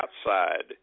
outside